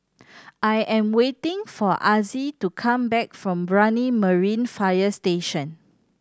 I am waiting for Azzie to come back from Brani Marine Fire Station